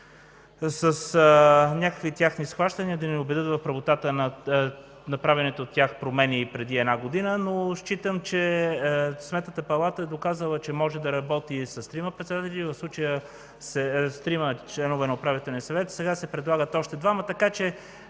с някакви техни схващания да ни убедят в правотата на направените от тях промени преди една година. Считам, че Сметната палата е доказала, че може да работи и с трима членове на Управителния съвет. Сега се предлагат още двама, така че